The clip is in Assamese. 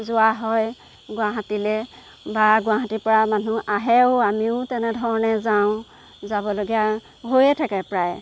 যোৱা হয় গুৱাহাটীলৈ বা গুৱাহাটীৰ পৰা মানুহ আহেও আমিও তেনেধৰণে যাওঁ যাবলগীয়া হৈয়ে থাকে প্ৰায়